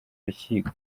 rukiko